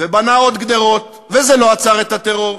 ובנה עוד גדרות, וזה לא עצר את הטרור.